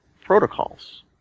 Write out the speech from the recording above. protocols